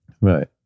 Right